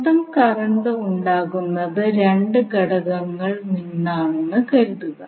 മൊത്തം കറന്റ് ഉണ്ടാകുന്നത് രണ്ട് ഘടകങ്ങൾ നിന്നാണെന്ന് കരുതുക